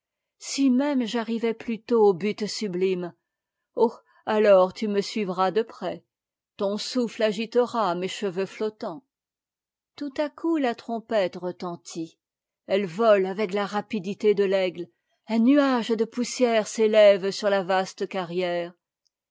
si même j'arrivais plus tôt au but sublime oh alors tu me suivras de près ton souffle agitera mes cheveux flottants tout à coup la trompette retentit elles volent avec la rapidité de t'aigte un nuage de poussière s'élève sur la vaste carrière